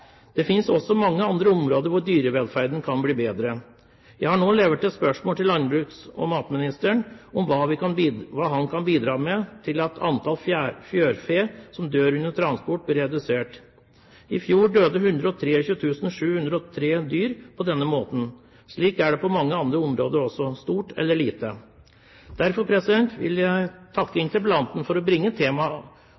Det finnes også mange andre områder hvor dyrevelferden kan bli bedre. Jeg har nå levert et spørsmål til landbruks- og matministeren om hva han kan bidra med for at antall fjørfe som dør under transport, kan bli redusert. I fjor døde 123 703 dyr på denne måten. Slik er det på mange andre områder også – stort eller lite. Derfor vil jeg takke